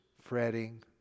fretting